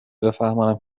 بفهمانم